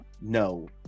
No